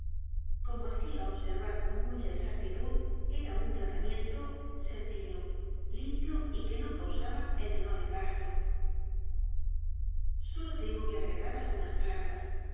como haeía observar con mucha exactitud era un tratamiento sencillo limpio y que no causaba el menor embarazo el doctor brea y el profesor pluma sólo tengo que